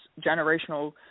generational